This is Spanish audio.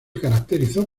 caracterizó